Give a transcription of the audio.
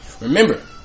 Remember